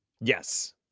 Yes